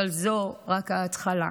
אבל זאת רק ההתחלה".